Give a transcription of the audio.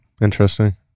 Interesting